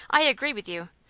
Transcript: i agree with you.